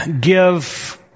give